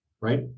right